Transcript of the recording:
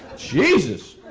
jesus.